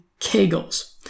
kegels